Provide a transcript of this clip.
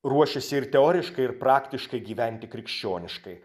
ruošęsi ir teoriškai ir praktiškai gyventi krikščioniškai